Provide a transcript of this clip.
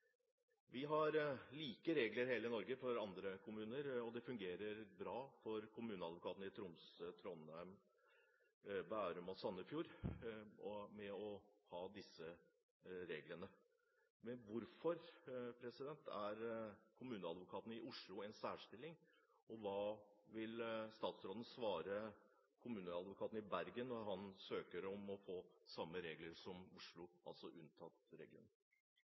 Vi har like regler i hele Norge for andre kommuner, og det fungerer bra for kommuneadvokatene i Tromsø, Trondheim, Bærum og Sandefjord å ha disse reglene. Hvorfor er Kommuneadvokaten i Oslo i en særstilling, og hva vil statsråden svare Kommuneadvokaten i Bergen når han søker om å få det samme som Oslo, altså